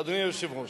אדוני היושב-ראש,